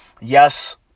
Yes